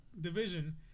division